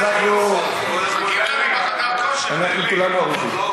חדר כושר, יש עוד סדר-יום,